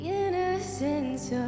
innocence